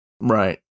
right